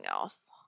else